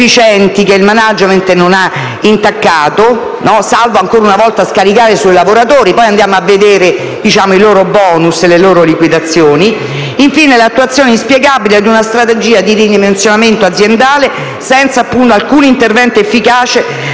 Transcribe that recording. che il *management* non ha intaccato, salvo - ancora una volta - scaricare sui lavoratori (poi andiamo a vedere i loro *bonus* e le liquidazioni). Infine, penso anche all'attuazione inspiegabile di una strategia di ridimensionamento aziendale senza alcun intervento efficace